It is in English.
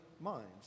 minds